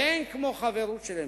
ואין כמו חברות של אמת.